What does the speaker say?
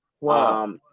wow